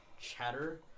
chatter